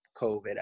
COVID